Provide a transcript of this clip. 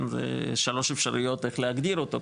זה שלוש אפשרויות איך להגדיר אותו,